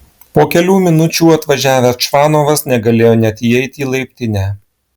po kelių minučių atvažiavęs čvanovas negalėjo net įeiti į laiptinę